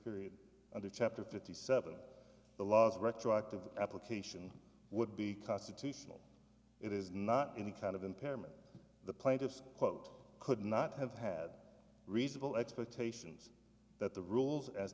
period under chapter fifty seven the laws retroactive application would be constitutional it is not any kind of impairment the plaintiffs quote could not have had reasonable expectations that the rules as